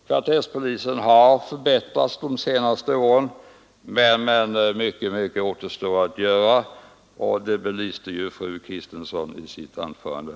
Kvarterspolisen har förbättrats under de senaste åren, men mycket återstår ändå att göra. Den saken belyste också fru Kristensson nyss i sitt anförande.